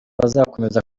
bazakomeza